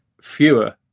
fewer